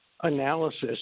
analysis